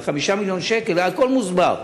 הכול מוסבר.